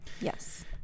Yes